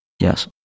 Yes